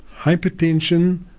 hypertension